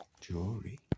jewelry